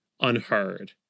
unheard